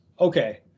okay